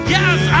Yes